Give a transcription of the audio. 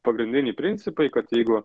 pagrindiniai principai kad jeigu